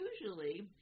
usually